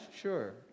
sure